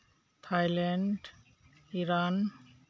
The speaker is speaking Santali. ᱛᱷᱟᱭᱞᱮᱱᱰ ᱤᱨᱟᱱ